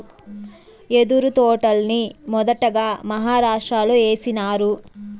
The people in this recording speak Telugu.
యెదురు తోటల్ని మొదటగా మహారాష్ట్రలో ఏసినారు